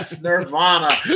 Nirvana